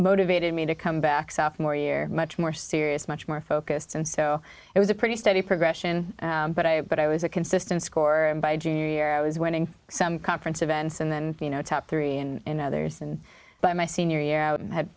motivated me to come back sophomore year much more serious much more focused and so it was a pretty steady progression but i but i was a consistent score in baiji i was winning some conference events and then you know top three and others and by my senior year out and i had